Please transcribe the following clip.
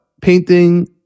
painting